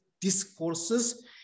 discourses